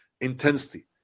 intensity